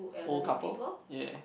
old couple ya